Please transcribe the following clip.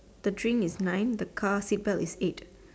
the drink is nine the car seat belt is eight